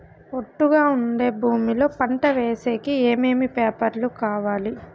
ఒట్టుగా ఉండే భూమి లో పంట వేసేకి ఏమేమి పేపర్లు కావాలి?